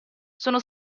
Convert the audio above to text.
sono